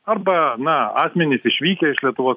arba na asmenys išvykę iš lietuvos